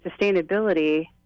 sustainability